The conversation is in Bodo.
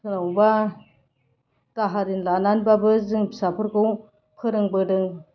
सोरनावबा दाहार रिन लानानैबाबो जों फिसाफोरखौ फोरोंबोदों